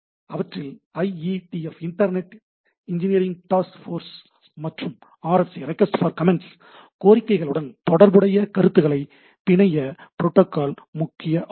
அவற்றில் IETF மற்றும் RFCs கோரிக்கைகளுடன் தொடர்புடைய கருத்துகளுக்கான பிணைய ப்ரோட்டோகால் முக்கிய ஆதாரம்